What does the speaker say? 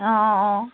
অঁ অঁ